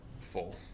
full